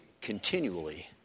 continually